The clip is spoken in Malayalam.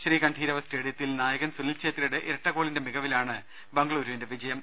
ശ്രീക ണ്ഠീരവ സ്റ്റേഡിയത്തിൽ നായകൻ സുനിൽഛേത്രിയുടെ ഇരട്ട ഗോളിന്റെ മികവിലാണ് ബംഗളുരുവിന്റെ വിജയം